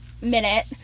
minute